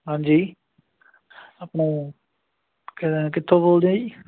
ਹਾਂਜੀ ਆਪਣਾ ਕਿਹਦਾ ਕਿੱਥੋਂ ਬੋਲਦੇ ਆ ਜੀ